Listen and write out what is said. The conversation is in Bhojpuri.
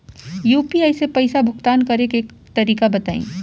यू.पी.आई से पईसा भुगतान करे के तरीका बताई?